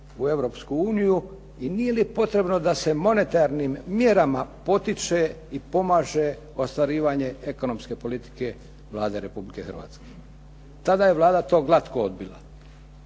uniju i nije li potrebno da se monetarnim mjerama potiče i pomaže ostvarivanje ekonomske politike Vlade Republike Hrvatske. Tada je Vlada glatko to odbila.